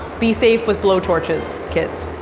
be safe with blowtorches, kids.